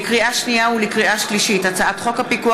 לקריאה שנייה ולקריאה שלישית: הצעת חוק הפיקוח